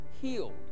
healed